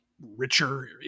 richer